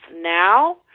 now